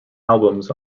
albums